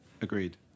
agreed